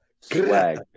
swag